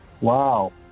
Wow